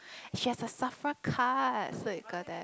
she has a Safra card so we go there